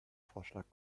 vorschlag